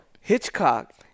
Hitchcock